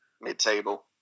mid-table